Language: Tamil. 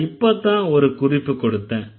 நான் இப்பத்தான் ஒரு குறிப்பு கொடுத்தேன்